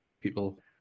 people